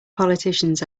politicians